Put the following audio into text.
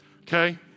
okay